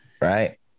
right